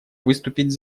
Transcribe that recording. выступить